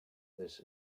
this